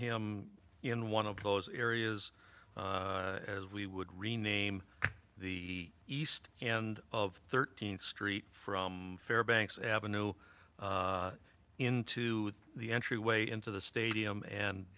him in one of those areas as we would rename the east and of thirteenth street from fairbanks avenue into the entryway into the stadium and